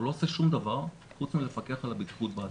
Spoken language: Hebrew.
הוא לא עושה שום דבר חוץ מלפקח על הבטיחות באתר.